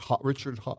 Richard